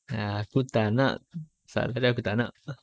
aku tak nak sa~ kali aku tak nak